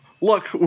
look